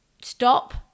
stop